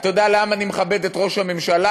אתה יודע למה אני מכבד את ראש הממשלה?